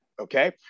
okay